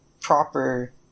proper